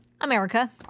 America